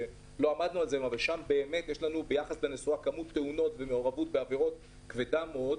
שם באמת יש כמות תאונות גדולה ומעורבות גדולה מאוד בתאונות.